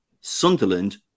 Sunderland